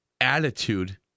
attitude